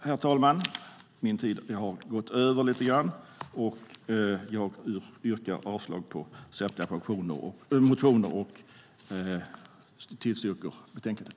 Herr talman! Jag har överskridit min talartid lite grann. Jag yrkar avslag på samtliga motioner och bifall till förslaget i betänkandet.